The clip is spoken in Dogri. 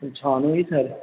पंछान होई सर